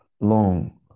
long